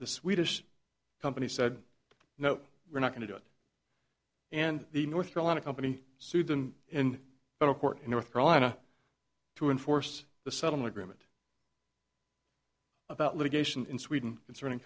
the swedish company said no we're not going to do it and the north carolina company sued them in federal court in north carolina to enforce the settlement agreement about litigation in sweden concerning